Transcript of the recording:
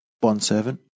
bond-servant